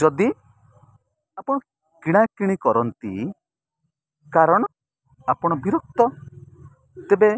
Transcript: ଯଦି ଆପଣ କିଣାକିଣି କରନ୍ତି କାରଣ ଆପଣ ବିରକ୍ତ ତେବେ